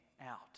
out